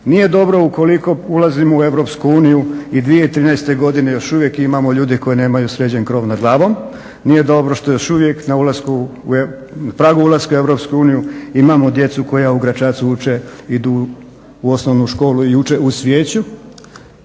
Nije dobro ukoliko ulazimo u Europsku uniju i 2013. još uvijek imamo ljude koji nemaju sređen krov nad glavom. Nije dobro što još uvijek na ulasku, na pragu ulaska u Europsku uniju imamo djecu koja u Gračacu uče, idu u osnovnu školu i uče uz